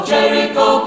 Jericho